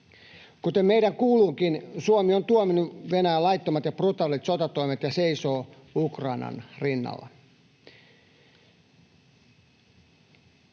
Kuten meidän kuuluukin, Suomi on tuominnut Venäjän laittomat ja brutaalit sotatoimet ja seisoo Ukrainan rinnalla.